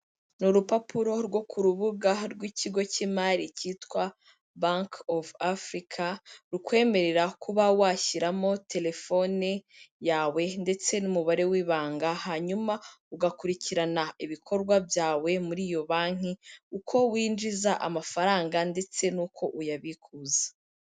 Ni urupapuro rwo ku rubuga rw'ikigo cy'imari cyitwa banki ofu Afurika, rukwemerera kuba washyiramo telefone yawe ndetse n'umubare w'ibanga, hanyuma ugakurikirana ibikorwa byawe muri iyo banki, uko winjiza amafaranga ndetse n'uko uyabikuza.